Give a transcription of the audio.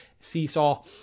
seesaw